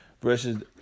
versus